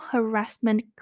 Harassment